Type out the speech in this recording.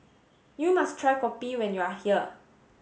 you must try Kopi when you are here